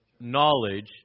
knowledge